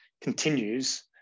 continues